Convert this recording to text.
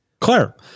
claire